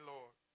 Lord